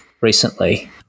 recently